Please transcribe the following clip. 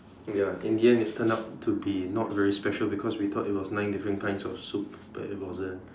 ya in the end it turn out to be not very special because we thought it was nine different kinds of soup but it wasn't